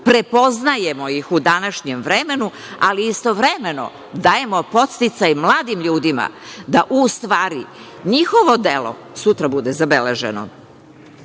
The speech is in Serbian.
prepoznajemo ih u današnjem vremenu, ali istovremeno dajemo podsticaj mladim ljudima da njihovo delo sutra bude zabeleženo. Sve